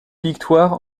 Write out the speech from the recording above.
victoires